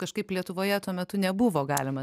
kažkaip lietuvoje tuo metu nebuvo galima